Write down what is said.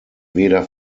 weder